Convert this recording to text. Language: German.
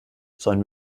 sollen